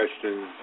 questions